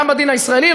גם בדין הישראלי,